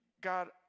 God